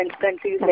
countries